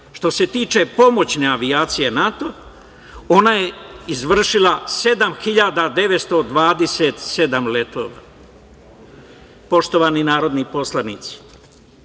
Što se tiče pomoćne avijacije NATO-a, ona je izvršila 7.927 letova. Poštovani narodni poslanici,